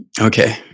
Okay